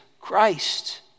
Christ